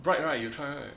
bright right you try right